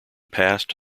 passed